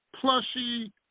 plushy